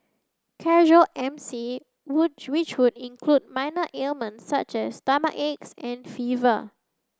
casual M C would which would include minor ailment such as stomachache and fever